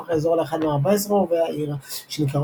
הפך האזור לאחד מ-14 רובעי העיר – שנקרא